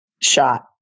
shot